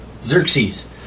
Xerxes